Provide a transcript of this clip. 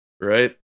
right